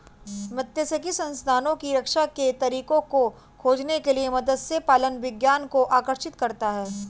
मात्स्यिकी संसाधनों की रक्षा के तरीकों को खोजने के लिए मत्स्य पालन विज्ञान को आकर्षित करता है